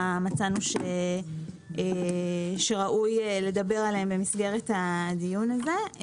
מצאנו שראוי לדבר עליהן במסגרת הדיון הזה.